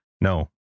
no